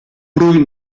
broer